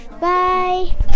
Bye